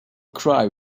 cry